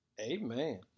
Amen